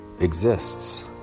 exists